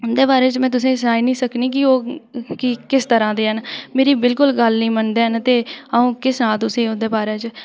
उं'दे बारे च में तुसें गी सनाई निं सकदी कि ओह् किस तरह दे हैन मेरी बिल्कुल बी गल्ल निं मनदे हैन ते अ'ऊं केह् सनांऽ तुसें गी ओह्दे बारे च